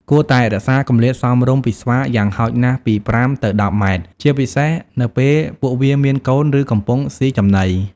គួរតែរក្សាគម្លាតសមរម្យពីស្វាយ៉ាងហោចណាស់ពី ៥ ទៅ ១០ ម៉ែត្រ ជាពិសេសនៅពេលពួកវាមានកូន ឬកំពុងស៊ីចំណី។